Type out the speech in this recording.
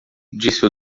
disse